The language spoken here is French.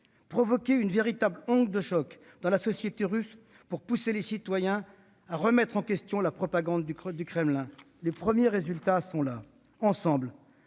provoquer une véritable onde de choc dans la société russe pour pousser les citoyens à remettre en question la propagande du Kremlin. Les premiers résultats sont là. Ensemble,